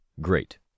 Great